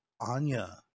Anya